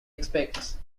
expects